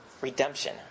redemption